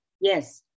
Yes